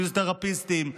פיזיותרפיסטים,